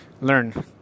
learn